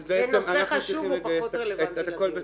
אנחנו צריכים לגייס את הכל בתרומות.